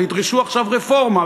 וידרשו עכשיו רפורמה,